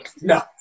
No